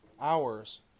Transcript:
hours